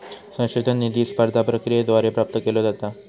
संशोधन निधी स्पर्धा प्रक्रियेद्वारे प्राप्त केलो जाता